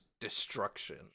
destruction